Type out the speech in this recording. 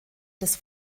des